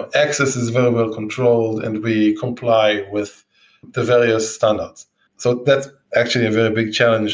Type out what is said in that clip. ah access is very well controlled and we comply with the various standards so that's actually a very big challenge